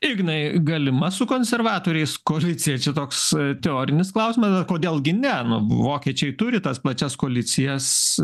ignai galima su konservatoriais koalicija čia toks teorinis klausimas kodėl gi ne nu vokiečiai turi tas pačias koalicijas